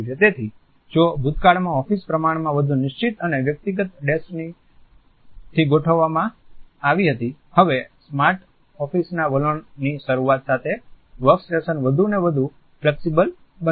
તેથી જો ભૂતકાળમાં ઓફિસ પ્રમાણમાં વધુ નિશ્ચિત અને વ્યક્તિગત ડેસ્ક થી ગોઠવવામાં આવી હતી હવે સ્માર્ટ ઓફિસના વલણની શરૂઆત સાથે વર્કસ્ટેશન વધુ ને વધુ ફ્લેક્ષિબલ બન્યા છે